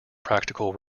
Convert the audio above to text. practical